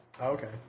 okay